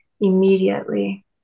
immediately